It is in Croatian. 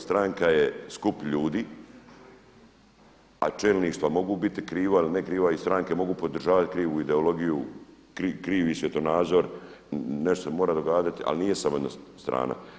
Stranka je skup ljudi, a … što mogu biti kriva ili ne kriva, i stranke mogu podržavati krivu ideologiju, krivi svjetonazor, nešto se mora događati, ali nije samo jedna strana.